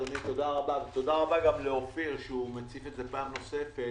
אדוני ותודה רבה לאופיר כץ שמציג את זה פעם נוספת